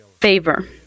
favor